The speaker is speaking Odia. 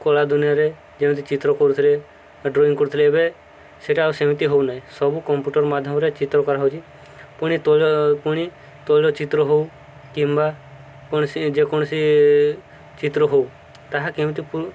କଳା ଦୁନିଆରେ ଯେମିତି ଚିତ୍ର କରୁଥିଲେ ବା ଡ୍ରଇଂ କରୁଥିଲେ ଏବେ ସେଇଟା ଆଉ ସେମିତି ହଉ ନାହିଁ ସବୁ କମ୍ପୁଟର ମାଧ୍ୟମରେ ଚିତ୍ର କରା ହଉଛି ପୁଣି ତ ପୁଣି ତୈଳ ଚିତ୍ର ହଉ କିମ୍ବା କୌଣସି ଯେକୌଣସି ଚିତ୍ର ହଉ ତାହା କେମିତି